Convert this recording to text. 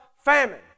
famine